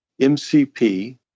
MCP